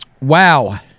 Wow